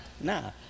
Nah